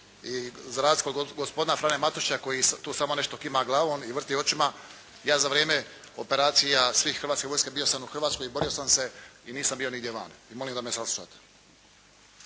I za razliku od gospodina Franje Matušića koji tu samo nešto kima glavom i vrti očima ja za vrijeme operacija svih Hrvatske vojske bio sam u Hrvatskoj i borio sam se i nisam bio nigdje van. Molim da me saslušate.